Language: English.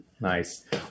Nice